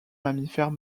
mammifères